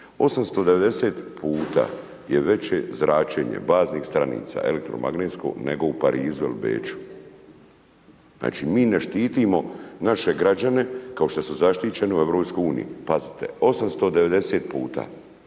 890 puta je veće zračenje baznih stanica elektromagnetsko nego u Parizu ili Beču. Znači mi ne štitimo naše građane kao što su zaštićenu u EU. Pazite, 890 puta